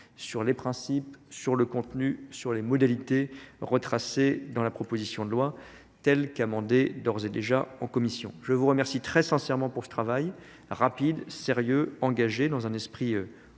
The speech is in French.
sur les principes sur le contenu sur les modalités retracées dans la proposition de loi telle qu'amendée d'ores et déjà en commission. Je vous remercie très sincèrement pour ce travail rapide, sérieux, engagé dans un esprit constructif